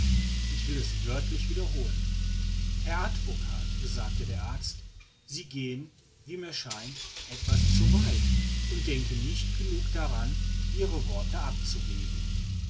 ich will es wörtlich wiederholen herr advocat sagte der arzt sie gehen wie mir scheint etwas zu weit und denken nicht genug daran ihre worte abzuwägen